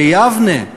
ביבנה,